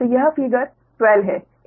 तो यह फिगर 12 है